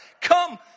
Come